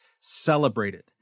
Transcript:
celebrated